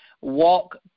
walk